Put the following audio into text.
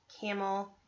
camel